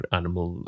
animal